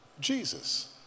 Jesus